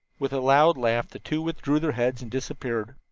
with a loud laugh the two withdrew their heads and disappeared.